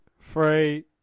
three